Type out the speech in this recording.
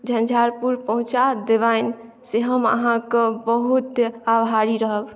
झंझारपुर पहुँचा देबनि से हम अहाँक बहुत आभारी रहब